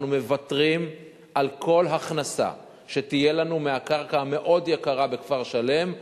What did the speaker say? אנחנו מוותרים על כל הכנסה שתהיה לנו מהקרקע המאוד יקרה בכפר-שלם,